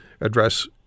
address